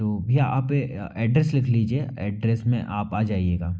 तो भैया आप एड्रेस लिख लीजिए एड्रेस पे आप आ जाइएगा